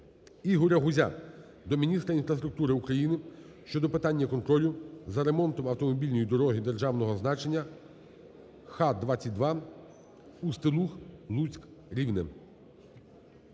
Ігоря Гузя до міністра інфраструктури України щодо питання контролю за ремонтом автомобільної дороги державного значення Н-22 Устилуг-Луцьк-Рівне.